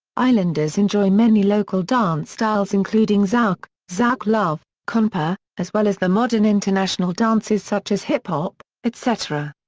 islanders enjoy many local dance styles including zouk, zouk-love, konpa, as well as the modern international dances such as hip hop, etc.